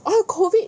oh COVID